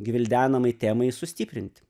gvildenamai temai sustiprinti